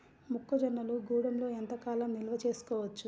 మొక్క జొన్నలు గూడంలో ఎంత కాలం నిల్వ చేసుకోవచ్చు?